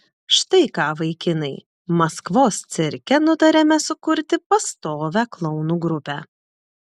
štai ką vaikinai maskvos cirke nutarėme sukurti pastovią klounų grupę